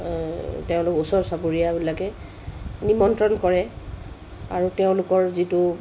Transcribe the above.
তেওঁলোক ওচৰ চুবুৰীয়াবিলাকে নিমন্ত্ৰণ কৰে আৰু তেওঁলোকৰ যিটো